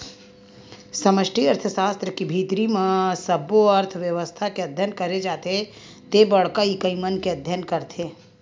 समस्टि अर्थसास्त्र के भीतरी म सब्बो अर्थबेवस्था के अध्ययन करे जाथे ते बड़का इकाई मन के अध्ययन करथे